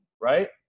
Right